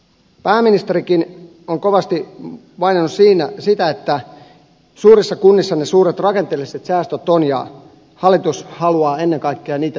pääministerikin on kovasti maininnut sitä että suurissa kunnissa ne suuret rakenteelliset säästöt ovat ja hallitus haluaa ennen kaikkea niitä yhdistää